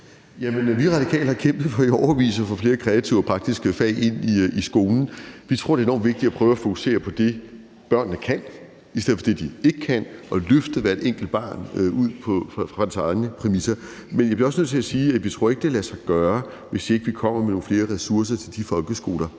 i Radikale har i årevis kæmpet for at få flere kreative og praktiske fag ind i skolen. Vi tror, det er enormt vigtigt at prøve at fokusere på det, børnene kan, i stedet for det, de ikke kan, og løfte hvert enkelt barn ud fra deres egne præmisser. Men jeg bliver også nødt til at sige, at vi ikke tror, det lader sig gøre, hvis ikke vi kommer med nogle flere ressourcer til de folkeskoler